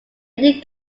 indian